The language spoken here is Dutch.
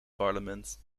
parlement